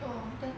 oh then